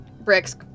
bricks